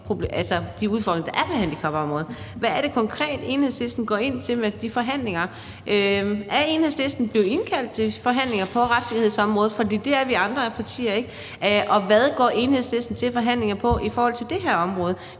til de udfordringer, der er på handicapområdet, og hvad det konkret er Enhedslisten går ind til de forhandlinger med. Er Enhedslisten blevet indkaldt til forhandlinger på retssikkerhedsområdet? For det er vi andre partier ikke. Og hvad går Enhedslisten til forhandlingerne med i forhold til det her område?